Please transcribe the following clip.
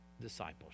discipleship